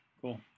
cool